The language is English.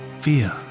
fear